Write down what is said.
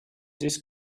this